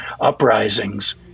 uprisings